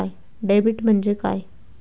Debit म्हणजे काय?